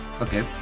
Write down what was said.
okay